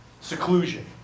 Seclusion